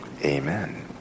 Amen